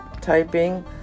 typing